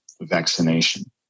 vaccination